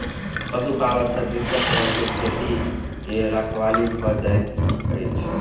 पशुपालन से कृषक सभ के खेती के रखवाली भ जाइत अछि